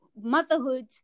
motherhood